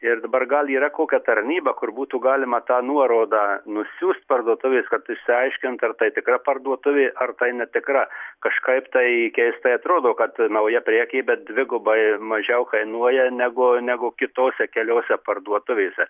ir dabar gal yra kokia tarnyba kur būtų galima tą nuorodą nusiųst parduotuvės kad išsiaiškint ar tai tikra parduotuvė ar tai netikra kažkaip tai keistai atrodo kad nauja prekė bet dvigubai mažiau kainuoja negu negu kitose keliose parduotuvėse